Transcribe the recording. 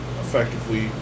effectively